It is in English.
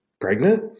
pregnant